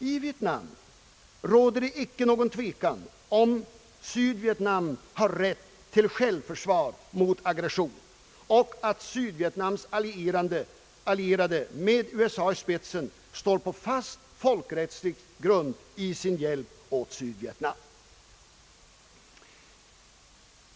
I Vietnam råder det ingen som helst tvekan om att Sydvietnam har rätt till självförsvar mot aggression och att Sydvietnams allierade med USA i spetsen står på fast folkrättslig grund i sin hjälp åt Sydvietnam.